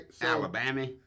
Alabama